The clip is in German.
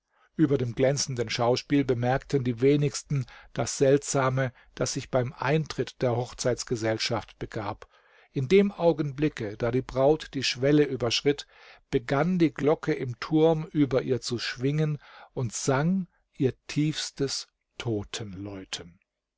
über dem glänzenden schauspiel bemerkten die wenigsten das seltsame das sich beim eintritt der hochzeitgesellschaft begab in dem augenblicke da die braut die schwelle überschritt begann die glocke im turm über ihr zu schwingen und sang ihr tiefstes